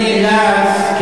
אני נאלץ,